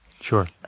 Sure